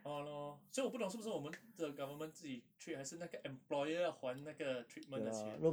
!hannor! 所以我不懂是不是我们 the government 自己 treat 还是那个 employer 要还那个 treatment 的钱 like